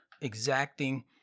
exacting